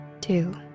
Two